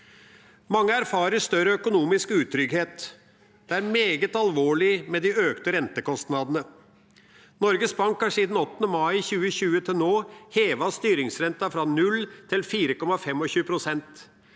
Mange erfarer større økonomisk utrygghet. Det er meget alvorlig med de økte rentekostnadene. Norges Bank har siden 8. mai 2020 og til nå hevet styringsrenta fra 0 til 4,25 pst.